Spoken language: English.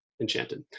enchanted